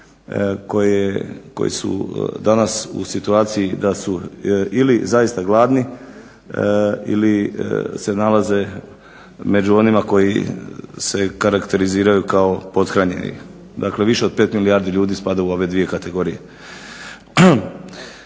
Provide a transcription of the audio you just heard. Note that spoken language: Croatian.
koji su danas u situaciji da su ili zaista gladni ili se nalaze među onima koji se karakteriziraju kao pothranjeni. Dakle, više od 5 milijardi ljudi spada u ove dvije kategorije.